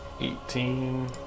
Eighteen